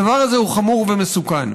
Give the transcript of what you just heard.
הדבר הזה חמור ומסוכן.